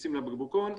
מכניסים לבקבוקון,